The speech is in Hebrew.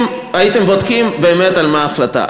אם הייתם בודקים באמת על מה ההחלטה.